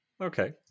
Okay